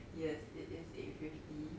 yes it is eight fifty